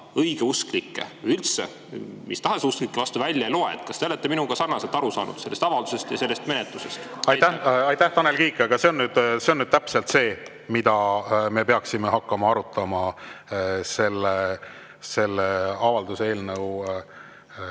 õigeusklike, üldse mis tahes usklike vastu välja ei loe. Kas te olete minuga sarnaselt aru saanud sellest avaldusest ja sellest menetlusest? (Hääl saalist: "Issand jumal!") Aitäh, Tanel Kiik! Aga see on nüüd täpselt see, mida me peaksime hakkama arutama selle avalduse eelnõu